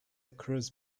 cruise